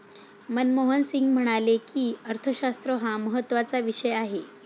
मनमोहन सिंग म्हणाले की, अर्थशास्त्र हा महत्त्वाचा विषय आहे